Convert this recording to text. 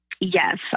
Yes